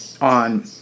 on